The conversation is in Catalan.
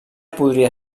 podria